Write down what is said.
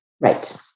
Right